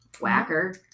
Whacker